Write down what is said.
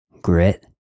Grit